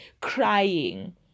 crying